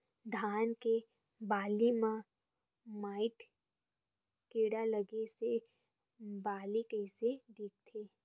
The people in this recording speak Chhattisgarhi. धान के बालि म माईट कीड़ा लगे से बालि कइसे दिखथे?